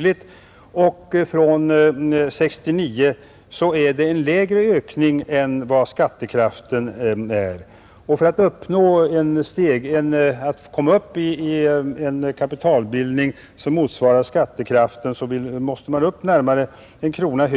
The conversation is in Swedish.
Från 1969 visar sparandet en lägre ökning än skattekraften. För att komma upp i en kapitalbildning som motsvarar skattekraften måste man höja det kommunala skatteuttaget med närmare 1 krona